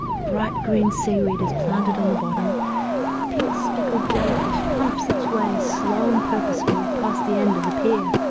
bright green seaweed is planted on the bottom, a pink speckled jelly fish pumps its way, slow and purposeful, past the end of the pier.